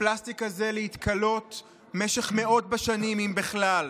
לפלסטיק הזה להתכלות במשך מאות שנים, אם בכלל.